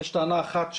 יש טענה אחת,